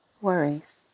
worries